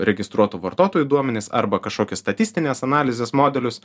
registruotų vartotojų duomenis arba kažkokį statistinės analizės modelius